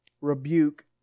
rebuke